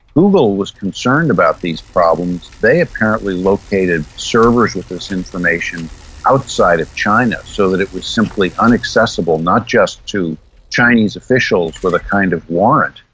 google was concerned about these problems. they apparently located servers with this information outside of china so that it was simply inaccessible not just to chinese officials with a kind of warrant,